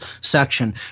section